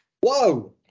Whoa